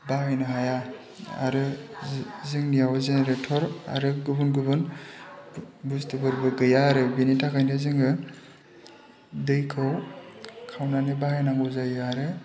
बाहायनो हाया आरो जोंनियाव जेनेरेट'र आरो गुबुन गुबुन बुस्थुफोरबो गैया आरो बेनि थाखायनो जोङो दैखौ खावनानै बाहायनांगौ जायो आरो